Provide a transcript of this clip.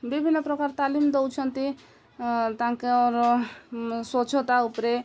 ବିଭିନ୍ନ ପ୍ରକାର ତାଲିମ ଦଉଛନ୍ତି ତାଙ୍କର ସ୍ୱଚ୍ଛତା ଉପରେ